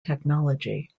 technology